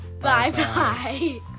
Bye-bye